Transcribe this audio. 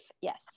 Yes